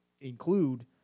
include –